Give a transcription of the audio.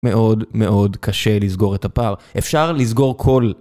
מאוד מאוד קשה לסגור את הפער. אפשר לסגור כל...